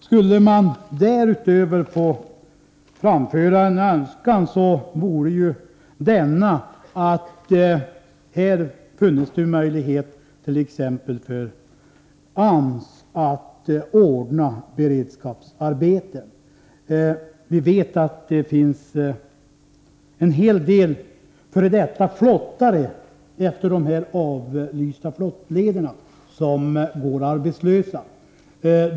Skulle man få framföra ännu en önskan, vore det att t.ex. AMS finge möjlighet att ordna beredskapsarbeten. Vi vet att det finns en hel del f.d. flottare efter de avlysta flottlederna som går arbetslösa.